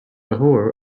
ruhr